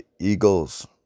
Eagles